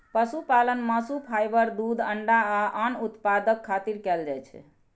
पशुपालन मासु, फाइबर, दूध, अंडा आ आन उत्पादक खातिर कैल जाइ छै